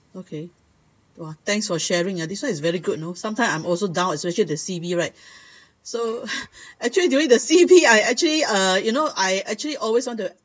okay !wah! thanks for sharing ah this one is very good you know sometimes I'm also down especially the C_B right so actually during the C_B I actually uh you know I actually always want to